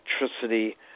electricity